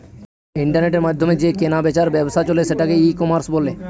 ইন্টারনেটের মাধ্যমে যে কেনা বেচার ব্যবসা চলে সেটাকে ই কমার্স বলে